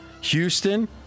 Houston